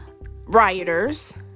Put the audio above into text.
rioters